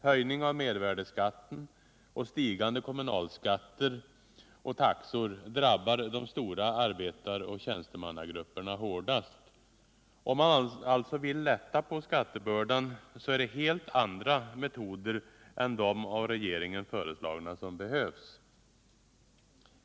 Höjning av mervärdeskatten och stigande kommunalskatter och taxor drabbar de stora arbetar och tjänstemannagrupperna hårdast. Om man alltså vill lätta på skattebördan, så är det helt andra metoder än de av regeringen föreslagna som behövs.